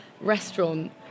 restaurant